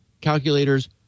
calculators